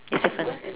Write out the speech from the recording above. it's different